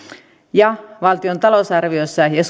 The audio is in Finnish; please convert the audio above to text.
jatkossa valtion talousarviossa ja ja